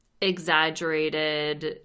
exaggerated